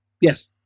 Yes